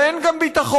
ואין גם ביטחון,